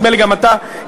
נדמה לי שגם אתה התייחסת,